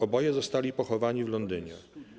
Oboje zostali pochowani w Londynie.